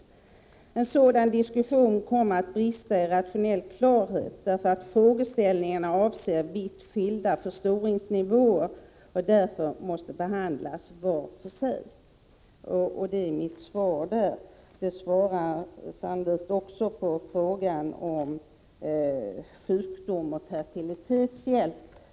En sådan diskussion kommer att brista irationell klarhet, därför att frågeställningarna avser vitt skilda förstoringsnivåer och därför måste behandlas var för sig.” Det är alltså mitt svar på frågan. Det är sannolikt också svar på frågan om sjukdom och fertilitetshjälp.